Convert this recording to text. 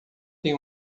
tem